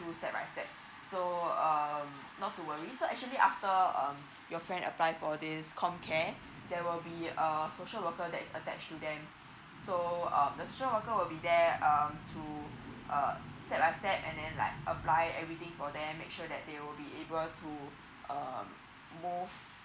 through step by step so um not to worries so actually after um your friend apply for this com care there will be a social worker that is attached to them so um the social worker will be there um through uh step by step and then like apply everything for them make sure that they will able to uh move